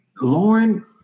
Lauren